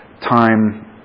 time